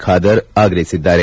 ಖಾದರ್ ಆಗ್ರಹಿಸಿದ್ದಾರೆ